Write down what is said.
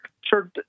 Sure